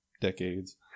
decades